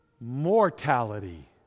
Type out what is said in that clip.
mortality